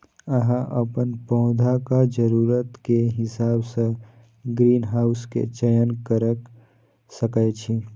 अहां अपन पौधाक जरूरत के हिसाब सं ग्रीनहाउस के चयन कैर सकै छी